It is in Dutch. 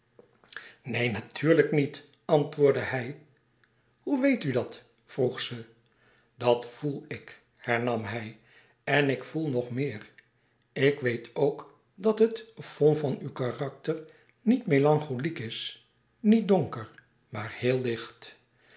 neen natuurlijk niet antwoordde hij hoe weet u dat vroeg ze dat voel ik hernam hij en ik voel nog meer ik weet ook dat het fond van uw karakter niet melancholiek is niet donker maar heel licht